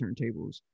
turntables